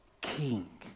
king